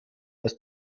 ist